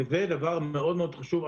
זה דבר מאוד מאוד חשוב.